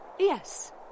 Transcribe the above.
Yes